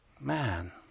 Man